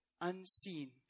unseen